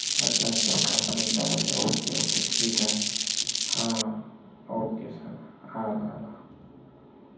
अच्छा अच्छा पाच मिनटामध्ये ओके ओके ठीक आहे हां ओके सर आला आला